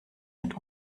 mit